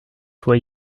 fois